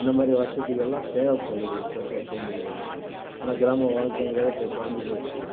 இந்த மாதிரி வசதிகளெலாம் தேவைப்படுது இப்போ இருக்கிற சூழ்நிலையில் வந்து ஏன்னால் கிராம வாழ்க்கைங்கிறது இப்போ கொறஞ்சு போயிடுச்சு